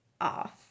off